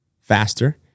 faster